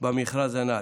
במכרז הנ"ל.